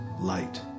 light